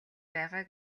байгаа